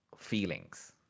Feelings